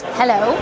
hello